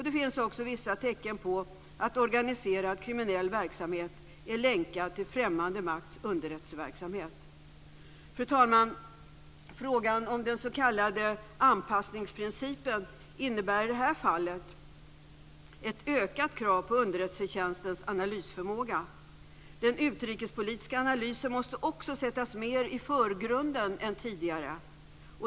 Det finns också vissa tecken på att organiserad kriminell verksamhet är länkad till främmande makts underrättelseverksamhet. Fru talman! Frågan om den s.k. anpassningsprincipen innebär i det här fallet ett ökat krav på underrättelsetjänstens analysförmåga. Den utrikespolitiska analysen måste också sättas mer i förgrunden än tidigare.